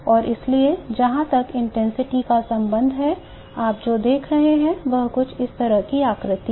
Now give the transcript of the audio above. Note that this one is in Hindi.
और इसलिए जहां तक इंटेंसिटी का संबंध है आप जो देख रहे हैं वह कुछ इस तरह की आकृति है